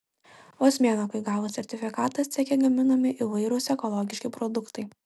vos mėnuo kai gavus sertifikatą ceche gaminami įvairūs ekologiški produktai